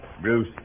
Bruce